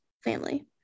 family